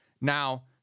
now